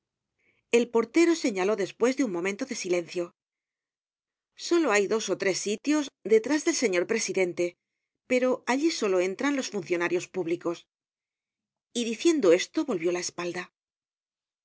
el portero añadió despues de un momento de silencio solo hay dos ó tres sitios detrás del señor presidente pero allí solo entran los funcionarios públicos y diciendo esto volvió la espalda